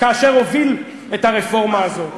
כאשר הוביל את הרפורמה הזאת.